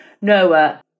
Noah